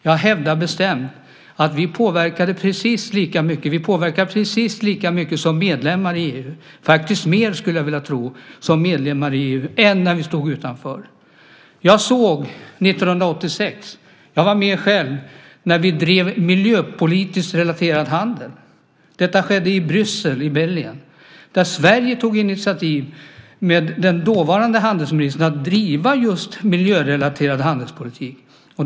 Jag hävdar bestämt att vi påverkar precis lika mycket som medlemmar i EU - faktiskt mer, skulle jag tro, än när vi stod utanför. Jag såg detta 1986 - jag var själv med - när vi drev miljöpolitiskt relaterad handel. Detta skedde i Bryssel i Belgien. Sverige tog där genom den dåvarande handelsministern initiativ till att driva just miljörelaterad handelspolitik.